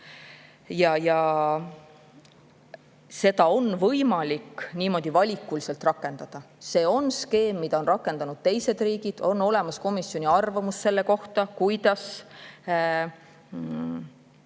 Seda on võimalik niimoodi valikuliselt rakendada. See on skeem, mida on rakendanud teised riigid. On olemas komisjoni arvamus selle kohta, kuidas